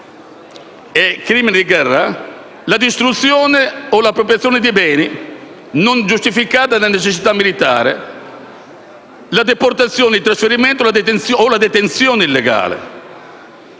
crimini di guerra: la «distruzione ed appropriazione di beni, non giustificate da necessità militari»; la «deportazione, trasferimento o detenzione illegale»;